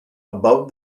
above